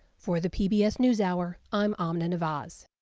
for the pbs newshour, i'm amna nawaz.